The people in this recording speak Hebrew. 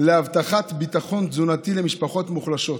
להבטחת ביטחון תזונתי למשפחות מוחלשות